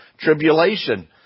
tribulation